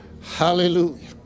Hallelujah